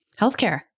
healthcare